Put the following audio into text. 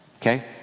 okay